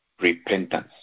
repentance